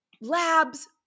labs